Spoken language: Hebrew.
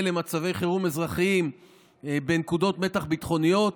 למצבי חירום אזרחיים בנקודות מתח ביטחוניות.